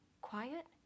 quiet